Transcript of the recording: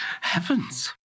Heavens